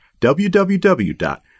www